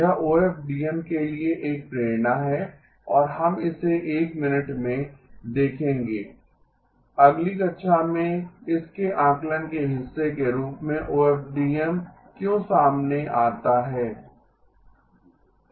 यह ओएफडीएम के लिए एक प्रेरणा है और हम इसे एक मिनट में देखेंगे अगली कक्षा में इस के आकलन के हिस्से के रूप में ओएफडीएम क्यों सामने आता है